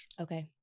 Okay